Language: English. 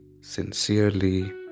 sincerely